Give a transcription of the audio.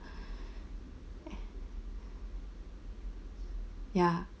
ya